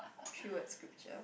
cue word sculpture